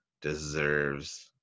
deserves –